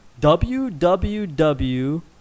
WWW